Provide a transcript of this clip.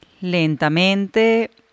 Lentamente